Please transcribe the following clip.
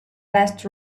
last